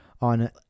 on